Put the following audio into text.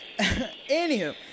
Anywho